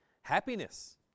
Happiness